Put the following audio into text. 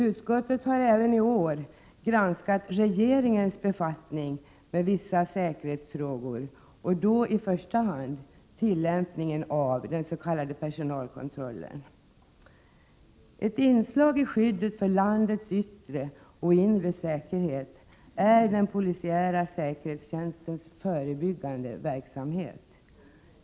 Utskottet har även i år granskat regeringens befattning med vissa säkerhetsfrågor och då i första hand tillämpningen av den s.k. personalkontrollen. Ett inslag i skyddet för landets yttre och inre säkerhet är den polisiära säkerhetstjänstens förebyggande verksamhet.